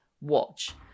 watch